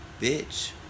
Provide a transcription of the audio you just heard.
bitch